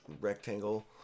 rectangle